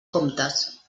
comptes